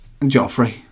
Joffrey